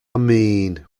mean